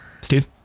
Steve